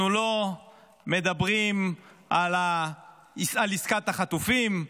אנחנו לא מדברים על עסקת החטופים?